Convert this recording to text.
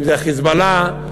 אם "חיזבאללה",